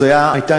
הייתה